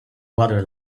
water